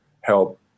help